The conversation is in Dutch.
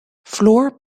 floor